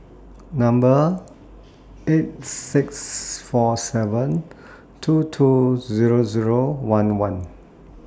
Number eight six four seven two two Zero Zero one one